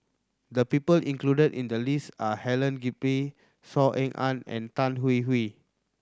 the people included in the list are Helen Gilbey Saw Ean Ang and Tan Hwee Hwee